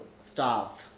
Stop